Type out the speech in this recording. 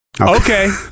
Okay